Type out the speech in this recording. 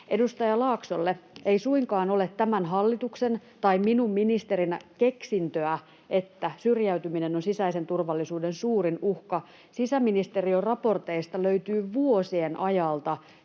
Edustaja Laaksolle: Ei suinkaan ole tämän hallituksen tai minun ministerinä keksintöä, että syrjäytyminen on sisäisen turvallisuuden suurin uhka. Sisäministeriön raporteista löytyy vuosien ajalta